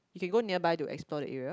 we can go nearby to explore the area